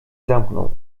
zamknął